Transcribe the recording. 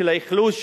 של האכלוס,